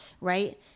right